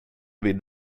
vid